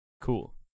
Cool